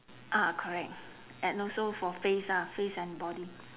ah correct and also for face ah face and body